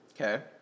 Okay